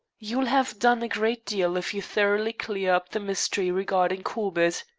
you will have done a great deal if you thoroughly clear up the mystery regarding corbett.